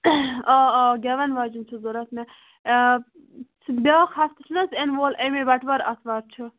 آ آ گٮ۪وَن واجیٚنۍ چھِ ضروٗرت مےٚ بیٛاکھ ہفتہٕ چھُ نہَ حظ یِنہٕ وول اَمے بَٹہٕ وار آتھوار چھِ